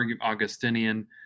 Augustinian